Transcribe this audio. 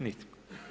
Nitko.